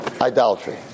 idolatry